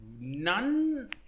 None